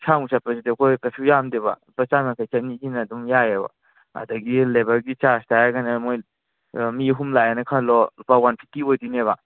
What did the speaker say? ꯑꯁꯥꯡꯕ ꯆꯠꯄꯁꯤꯗꯤ ꯑꯩꯈꯣꯏ ꯀꯩꯁꯨ ꯌꯥꯝꯗꯦꯕ ꯂꯨꯄꯥ ꯆꯥꯝ ꯌꯥꯡꯈꯩ ꯆꯅꯤꯁꯤꯅ ꯑꯗꯨꯝ ꯌꯥꯏ ꯑꯗꯒꯤ ꯂꯦꯚꯔꯒꯤ ꯆꯥꯔꯖꯇ ꯍꯥꯏꯔꯒꯅ ꯃꯣꯏ ꯃꯤ ꯑꯍꯨꯝ ꯂꯥꯛꯑꯦꯅ ꯈꯜꯂꯣ ꯂꯨꯄꯥ ꯋꯥꯟ ꯐꯤꯐꯇꯤ ꯑꯣꯏꯗꯣꯏꯅꯦꯕ